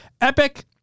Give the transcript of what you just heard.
Epic